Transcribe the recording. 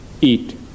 eat